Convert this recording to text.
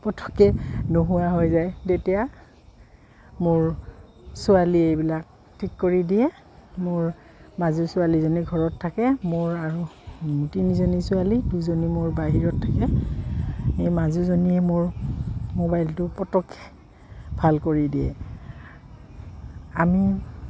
পতকে নোহোৱা হৈ যায় তেতিয়া মোৰ ছোৱালী এইবিলাক ঠিক কৰি দিয়ে মোৰ মাজু ছোৱালীজনী ঘৰত থাকে মোৰ আৰু তিনিজনী ছোৱালী দুজনী মোৰ বাহিৰত থাকে এই মাজুজনীয়ে মোৰ মোবাইলটো পতকে ভাল কৰি দিয়ে আমি